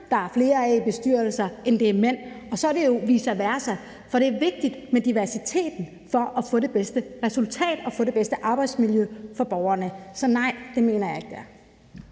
der er flere af i bestyrelser end mænd, og så er det jo det samme, men bare omvendt. Det er vigtigt med diversiteten for at få det bedste resultat og få det bedste arbejdsmiljø for borgerne. Så nej, det mener jeg ikke det er.